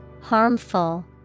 Harmful